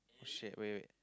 shit wait wait wait